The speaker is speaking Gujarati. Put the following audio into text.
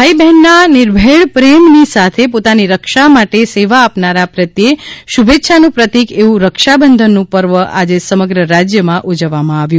ભાઈ બહેનના નિર્ભેળ પ્રેમની સાથે પોતાની રક્ષા માટે સેવા આપનારા પ્રત્યે શુભેચ્છાનું પ્રતિક એવું રક્ષાબંધનનું પર્વ આજે સમગ્ર રાજ્યમાં ઉજવવામાં આવ્યું